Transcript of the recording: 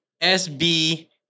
SB